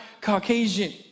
Caucasian